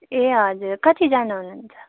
ए हजुर कतिजना हुनुहुन्छ